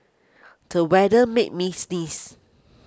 the weather made me sneeze